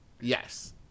Yes